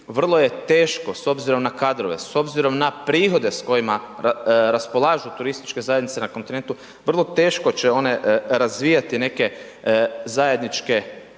vrlo je teško s obzirom na kadrove, s obzirom na prihode s kojima raspolažu turističke zajednice na kontinentu, vrlo teško će one razvijati neke zajedničke,